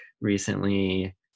recently